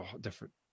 different